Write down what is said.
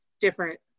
different